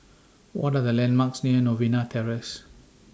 What Are The landmarks near Novena Terrace